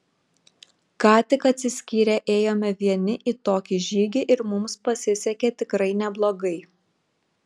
ką tik atsiskyrę ėjome vieni į tokį žygį ir mums pasisekė tikrai neblogai